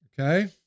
Okay